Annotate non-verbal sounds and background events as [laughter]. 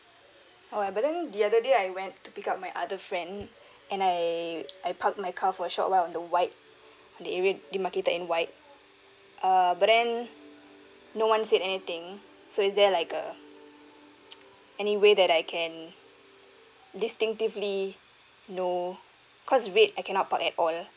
oh but then the other day I went to pick up my other friend [breath] and I I park my car for a short while on the white the area they marketed in white uh but then no one said anything so is there like uh any way that I can distinctively know cause red I cannot park at all